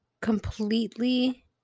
completely